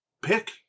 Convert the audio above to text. pick